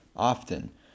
often